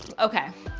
okay,